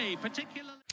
particularly